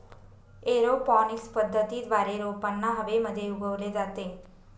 aeroponics पद्धतीद्वारे रोपांना हवेमध्ये उगवले जाते